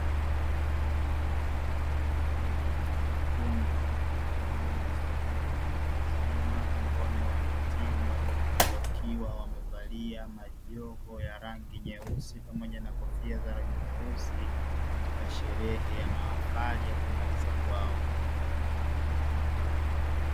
Kundi la wanafunzi watu wazima ambao ni wahitimu, wakiwa wamevalia majoho ya rangi nyeusi pamoja na kofia za rangi nyeusi katika sherehe ya mahafali ya kumaliza kwao.